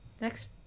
next